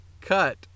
cut